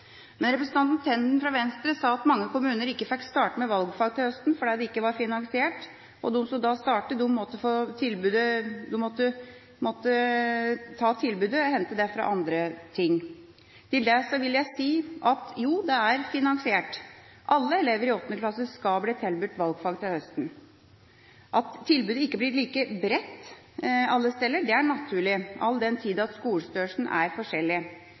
Representanten Tenden fra Venstre sa at mange kommuner ikke fikk startet med valgfag til høsten fordi det ikke var finansiert, og at de som starter med tilbudet, må hente pengene fra andre ting. Til det vil jeg si at det er finansiert. Alle elever i 8. klasse skal tilbys valgfag til høsten. At tilbudet ikke blir like bredt alle steder, er naturlig, all den tid skolestørrelsen er forskjellig.